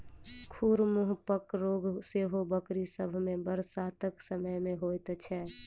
खुर मुँहपक रोग सेहो बकरी सभ मे बरसातक समय मे होइत छै